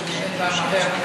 שענית מהר,